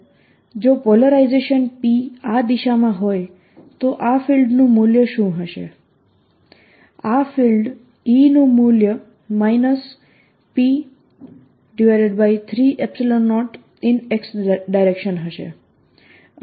જો polarization P આ દિશામાં હોય તો આ ફીલ્ડનું મૂલ્ય શું હશે આ ફીલ્ડ E નું મૂલ્ય P30x હશે